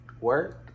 Work